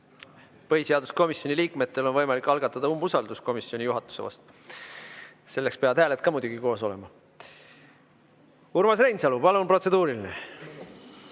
Põhiseaduskomisjoni liikmetel on võimalik algatada umbusaldus komisjoni juhatuse vastu. Selleks peavad hääled ka muidugi koos olema. Urmas Reinsalu, palun, protseduuriline!